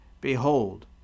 Behold